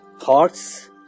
Thoughts